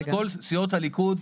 סיעות הליכוד,